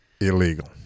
illegal